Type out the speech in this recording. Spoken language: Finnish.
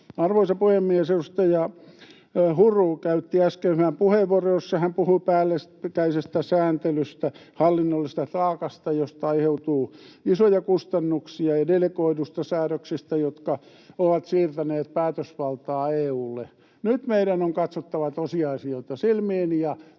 Arvoisa puhemies! Edustaja Huru käytti äsken hyvän puheenvuoron, jossa hän puhui päällekkäisestä sääntelystä, hallinnollisesta taakasta, josta aiheutuu isoja kustannuksia, ja delegoiduista säädöksistä, jotka ovat siirtäneet päätösvaltaa EU:lle. Nyt meidän on katsottava tosiasioita silmiin ja